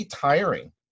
tiring